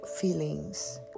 feelings